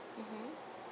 mmhmm